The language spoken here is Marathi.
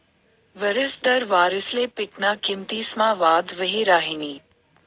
वरिस दर वारिसले पिकना किमतीसमा वाढ वही राहिनी